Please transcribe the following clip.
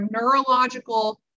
neurological